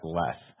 less